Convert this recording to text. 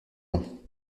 ans